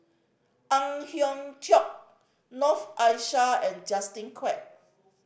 Ang Hiong Chiok Noor Aishah and Justin Quek